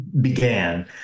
began